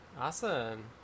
Awesome